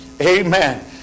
Amen